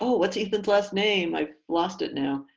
what's ethan's last name? i've lost it now.